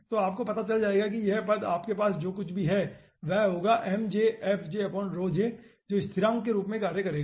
तो आपको पता चल जाएगा कि यह पद हमारे पास जो कुछ भी है वह होगा जो स्थिरांक के रूप में कार्य करेगा